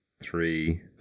three